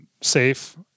safe